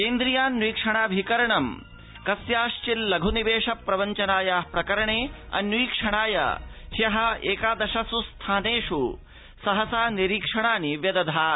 केन्द्रीयाऽवीक्षणाऽभिकरणं कस्याश्चिल्लघ् निवेश प्रवव्चनायाः प्रकरणे अन्वीक्षणार्थं ह्यः एकादशस् स्थानेष् सहसा निरीक्षणानि व्यदधात्